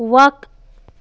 وَق